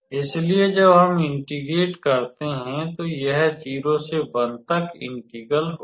इसलिए जब हम इंटेग्रेट करते हैं तो यह 0 से 1 तक इंटेग्रल होगा